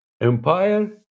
empire